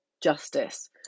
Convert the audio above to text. justice